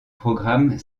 programme